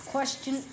Question